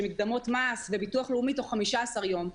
מקדמות מס וביטוח לאומי תוך 15 יום.